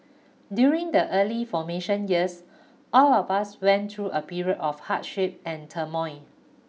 during the early formation years all of us went through a period of hardship and turmoil